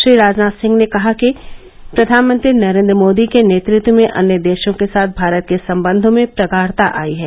श्री राजनाथ सिंह ने कहा कि प्रधानमंत्री नरेन्द्र मोदी के नेतृत्व में अन्य देशों के साथ भारत के सम्बन्यों में प्रगाढ़ता आयी है